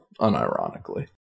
unironically